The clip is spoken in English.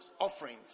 offerings